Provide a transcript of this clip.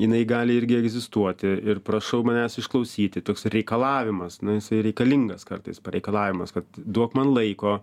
jinai gali irgi egzistuoti ir prašau manęs išklausyti toks reikalavimas na jisai reikalingas kartais pareikalavimas kad duok man laiko